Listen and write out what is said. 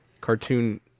cartoon